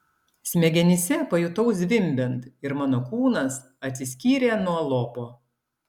smegenyse pajutau zvimbiant ir mano kūnas atsiskyrė nuo lopo